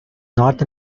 not